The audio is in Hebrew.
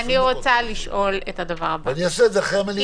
אני אעשה את זה אחרי המליאה, הכי טוב.